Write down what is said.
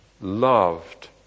loved